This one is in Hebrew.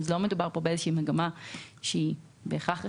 לא מדובר פה במגמה שהיא בהכרח רחבה,